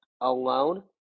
alone